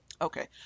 okay